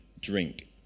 drink